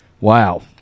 Wow